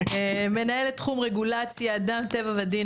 מנהלת תחום רגולציה אדם, טבע ודין.